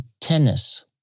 Tennis